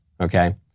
okay